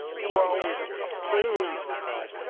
you were always a buffoon, he cried.